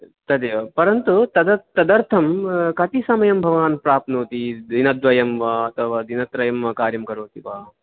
तदेव परन्तु तद तदर्थं कति समयं भवान् प्राप्नोति दिनद्वयं वा अथवा दिनत्रयं वा कार्यं करोति वा